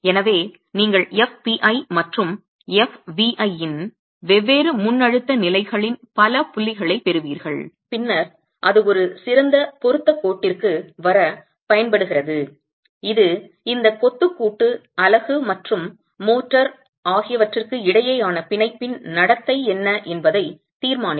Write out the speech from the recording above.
எனவே நீங்கள் fpi மற்றும் fvi இன் வெவ்வேறு முன்அழுத்த நிலைகளில் பல புள்ளிகளைப் பெறுவீர்கள் பின்னர் அது ஒரு சிறந்த பொருத்தக் கோட்டிற்கு வரப் பயன்படுகிறது இது இந்த கொத்து கூட்டு அலகு மற்றும் மோட்டார் ஆகியவற்றிற்கு இடையேயான பிணைப்பின் நடத்தை என்ன என்பதை தீர்மானிக்கும்